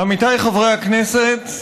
עמיתיי חברי הכנסת,